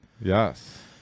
yes